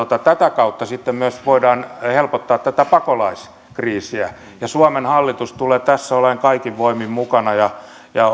tätä kautta sitten myös voidaan helpottaa tätä pakolaiskriisiä suomen hallitus tulee tässä olemaan kaikin voimin mukana ja ja